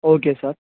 okay sir